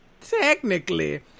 technically